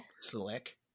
Slick